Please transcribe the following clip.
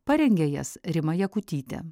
parengė jas rima jakutytė